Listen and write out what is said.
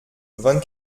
vingt